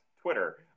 Twitter